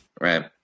right